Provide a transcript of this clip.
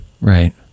Right